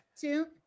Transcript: Two